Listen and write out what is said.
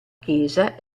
chiesa